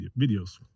videos